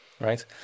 Right